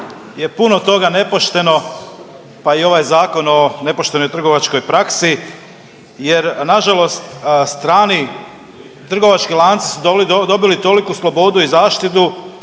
puno toga nepošteno pa i ovaj Zakon o nepoštenoj trgovačkoj praksi jer nažalost strani trgovački lanci su dobili toliku slobodu i zaštitu